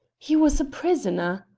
he was a prisoner!